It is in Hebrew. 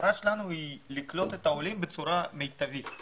והמטרה שלנו היא לקלוט את העולים בצורה מיטבית.